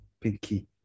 Pinky